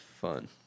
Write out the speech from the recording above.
fun